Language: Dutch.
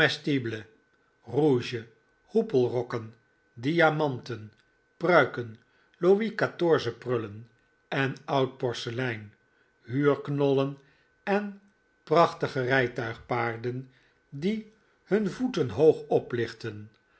rouge hoepelrokken diamanten pruiken louis quatorzeprullen en oud porselein huurknollen en prachtige rijtuigpaarden die hun voeten hoog oplichten